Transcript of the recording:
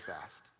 fast